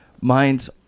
Mind's